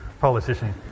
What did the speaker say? politician